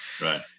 Right